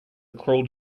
crawled